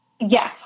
Yes